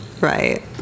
Right